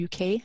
uk